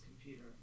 computer